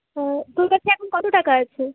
ও তোর কাছে এখন কত টাকা আছে